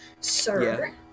Sir